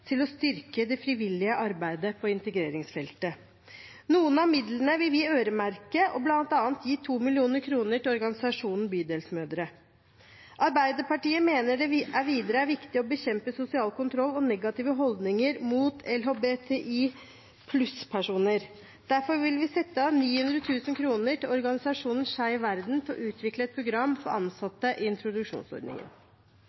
til å styrke det frivillige arbeidet på integreringsfeltet. Noen av midlene vil vi øremerke og bl.a. gi 2 mill. kr til organisasjonen Bydelsmødre. Arbeiderpartiet mener videre det er viktig å bekjempe sosial kontroll og negative holdninger mot LHBTI+-personer. Derfor vil vi sette av 900 000 kr til organisasjonen Skeiv verden til å utvikle et program for